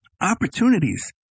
opportunities